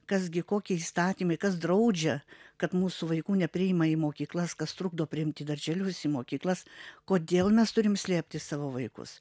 kas gi kokie įstatymai kas draudžia kad mūsų vaikų nepriima į mokyklas kas trukdo priimt darželius į mokyklas kodėl mes turim slėpti savo vaikus